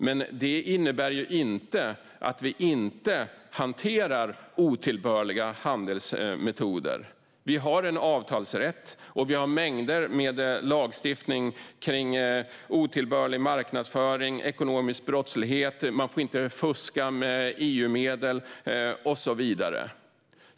Men det innebär inte att vi inte hanterar otillbörliga handelsmetoder. Vi har en avtalsrätt, och vi har mängder med lagstiftning kring otillbörlig marknadsföring och ekonomisk brottslighet. Man får inte fuska med EU-medel och så vidare.